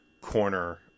corner